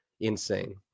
insane